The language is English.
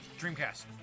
Dreamcast